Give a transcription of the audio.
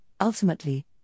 ultimately